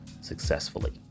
successfully